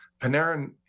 Panarin